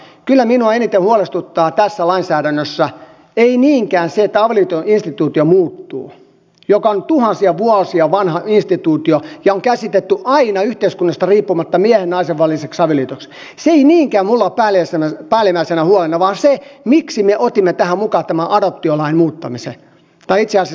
mutta kyllä minua eniten huolestuttaa tässä lainsäädännössä ei niinkään se että avioliittoinstituutio muuttuu joka on tuhansia vuosia vanha instituutio ja on käsitetty aina yhteiskunnasta riippumatta miehen ja naisen väliseksi avioliitoksi se ei niinkään minulla ole päällimmäisenä huolena vaan se miksi me otimme tähän mukaan tämän adoptiolain muuttamisen tai itse asiassa tämän avioliittolain joka mahdollistaa tämän adoption